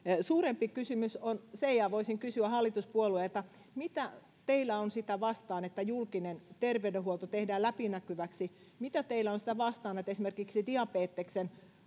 suurempi kysymys on se ja voisin kysyä hallituspuolueilta mitä teillä on sitä vastaan että julkinen terveydenhuolto tehdään läpinäkyväksi mitä teillä on sitä vastaan että esimerkiksi diabeteksen